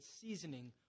seasoning